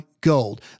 gold